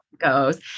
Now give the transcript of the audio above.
goes